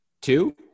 two